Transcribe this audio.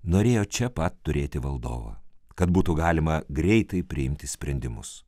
norėjo čia pat turėti valdovą kad būtų galima greitai priimti sprendimus